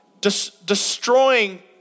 destroying